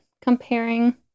comparing